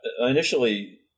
initially